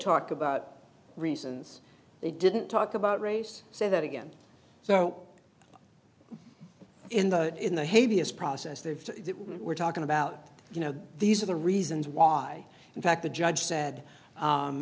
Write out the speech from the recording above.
talk about reasons they didn't talk about race say that again so in the in the hay vs process they were talking about you know these are the reasons why in fact the judge said